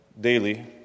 daily